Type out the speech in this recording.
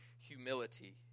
humility